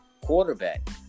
quarterback